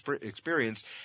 experience